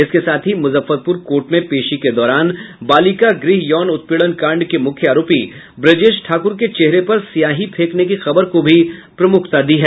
इसके साथ ही मुजफ्फरपुर कोर्ट में पेशी के दौरान बालिका गृह यौन उत्पीड़न कांड के मुख्य आरोपी ब्रजेश ठाकुर के चेहरे पर स्याही फेंकने की खबर को भी प्रमुखता दी है